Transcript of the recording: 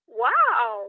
wow